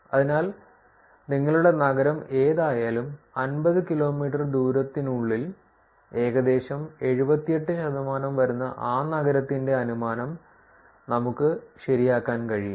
അതിനാൽ നിങ്ങളുടെ നഗരം ഏതായാലും 50 കിലോമീറ്റർ ദൂരത്തിനുള്ളിൽ ഏകദേശം 78 ശതമാനം വരുന്ന ആ നഗരത്തിന്റെ അനുമാനം നമുക്ക് ശരിയാക്കാൻ കഴിയും